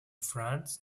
france